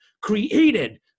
created